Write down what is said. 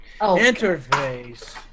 Interface